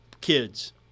kids